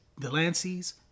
Delanceys